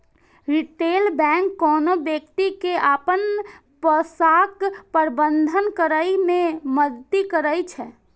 retail bank कोनो व्यक्ति के अपन पैसाक प्रबंधन करै मे मदति करै छै